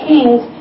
Kings